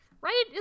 right